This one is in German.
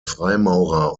freimaurer